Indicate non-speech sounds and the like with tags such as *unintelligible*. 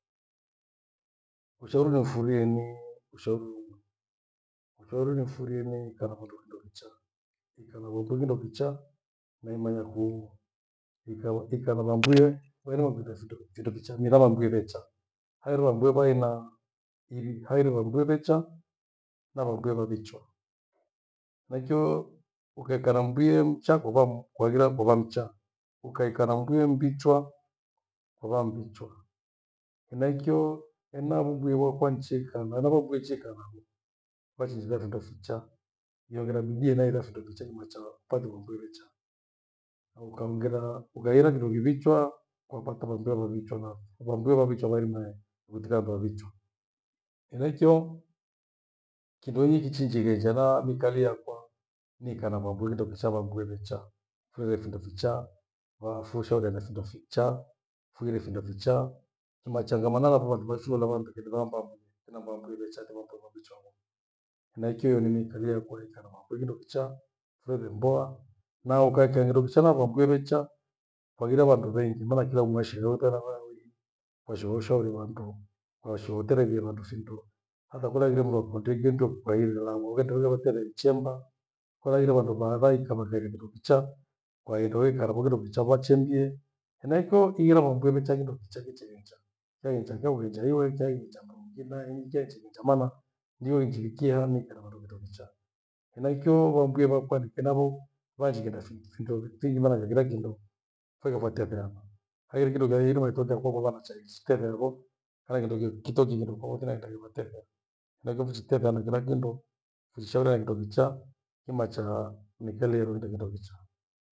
Ushauri ni ufurie nii ushauri niufurie ni ikaa na vandu kindo kichaa. Ikaa na vambwire kindokichaa na imanyakuu iika na vambwire kwarima finde findo kichaa mera vambwire vecha. Haghire vambiwe vaena ighi haighire vambiwe vecha na vambwie vavichwa henaicho kaikaa na mbwie mcha kokwamu kwaighire kokwamcha. Ukaikaa na mbwie mvichwa henaicho hena vumbwie vakwaa mchikaa navo kuchuikaa navo. Vaachihira vindo ficha nihoghera bidii enahera findo ficha ili macha panthu nimbwie vecha au ukahongera ukahira kindo fiwichwa kwa pata vambiwe vavichwa nae, vambiwa vavichwa wairimae witika kavichwa henaikio kindo inyi kichinji ghenja na mikalia kwa niikaa na vandu kindo kichaa vambwire wechaa. Turere vindo vichaa, tushauriane vindo fichaa, tuire findo fichaa, tunachangamana na vandu wathio na wandikidha wamuomba mungu tena vambwire vecha. *unintelligible* Naikio nimeikalia kwaika na mambo eindokichaa, voire mboa na ukaikie findokichaa mambo ewecha kwaghire na vandu vengi, maana kila mndu waishigha wotenavayo washauri wandu, washuutererie wandu vindo hatha kula aghire mndu wakuutekie mndu kweghirelangu wetuliowoche neichemba walaire wandu wathangahika maghere kindo kichaa. Waekaweka napho kindo kichaa wachemgie henaicho ighiramombwe vecha kindo kicha vichi mcha. Chaiwi chakio mri chaiwe chaiwi chakomkinai ngechirinja mana nyurinjikihani hena vando vitovechaa. Henaicho wambie vakwani enapho vanjighenja findi findo fingi maana hangire kindo faeghevotia tehama. Wairi kindo vyairi kindo vyaivi hairitokea kwavo vana haichi tethehavo hena kindo kitokiindo tofauti na naenda ngirivatethea nakio ngichiteseana kila kindu nishauriana kindo kichaa kimacha miikalie kindokicha